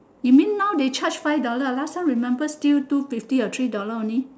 you mean now they charge five dollar last time remember still two fifty or three dollar only